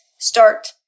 start